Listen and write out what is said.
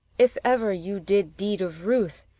if ever you did deed of ruth,